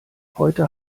heute